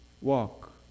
walk